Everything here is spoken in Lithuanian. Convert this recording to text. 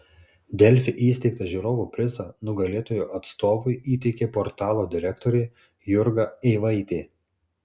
delfi įsteigtą žiūrovo prizą nugalėtojo atstovui įteikė portalo direktorė jurga eivaitė